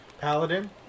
Paladin